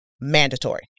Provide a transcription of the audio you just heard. mandatory